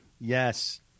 yes